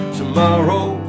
tomorrow